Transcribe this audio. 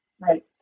Right